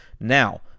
Now